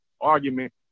argument